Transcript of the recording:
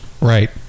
right